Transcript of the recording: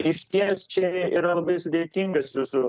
išties čia yra labai sudėtingas jūsų